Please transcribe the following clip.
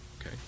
okay